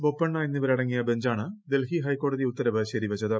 ബൊപ്പണ്ണ എന്നിവരടങ്ങിയ ബഞ്ചാണ് ഡൽഹി ഹൈക്ക്ക്ടോടത് ഉത്തരവ് ശരിവച്ചത്